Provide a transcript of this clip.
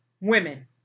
Women